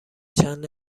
چند